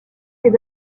des